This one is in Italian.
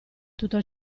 tutto